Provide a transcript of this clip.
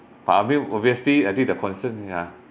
but I mean obviously I think the concern yeah